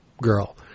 girl